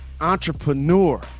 entrepreneur